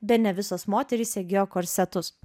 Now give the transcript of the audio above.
bene visos moterys segėjo korsetus